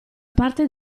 parte